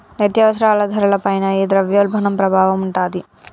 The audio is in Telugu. నిత్యావసరాల ధరల పైన ఈ ద్రవ్యోల్బణం ప్రభావం ఉంటాది